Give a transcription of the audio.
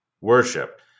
worship